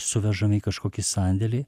suvežami į kažkokį sandėlį